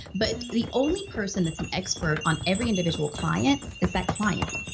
but the only person that's an expert on every individual client is that client.